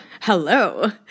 Hello